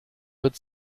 wird